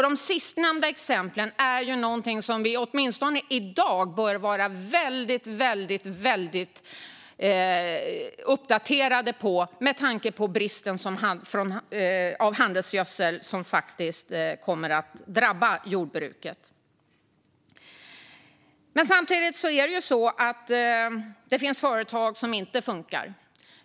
De sistnämnda exemplen är något som vi åtminstone i dag bör vara uppdaterade om med tanke på bristen på handelsgödsel som kommer att drabba jordbruket. Det finns företag som inte funkar.